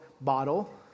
bottle